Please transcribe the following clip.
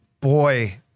Boy